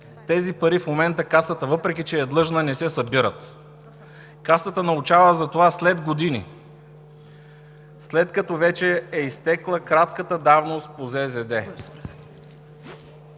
Тези пари в момента Касата, въпреки че е длъжна, не ги събира. Касата научава за това след години, след като вече е изтекла кратката давност по